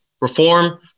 Reform